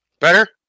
better